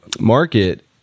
market